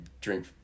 drink